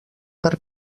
per